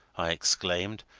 i exclaimed.